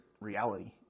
reality